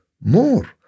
more